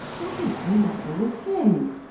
what is the matter with him?